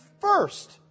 first